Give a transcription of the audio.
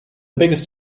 biggest